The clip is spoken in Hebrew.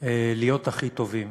להיות הכי טובים,